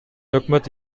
өкмөт